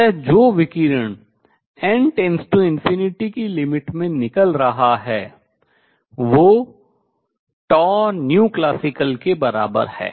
अतः जो विकिरण n →∞ की limit सीमा में निकल रहा है वह classical के बराबर है